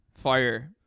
fire